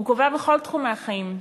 הוא קובע בכל תחומי החיים,